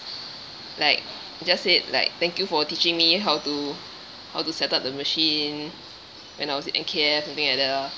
like just said like thank you for teaching me how to how to set up the machine when I was in N_K_F something like that lah